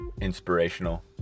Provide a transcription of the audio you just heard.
inspirational